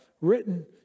written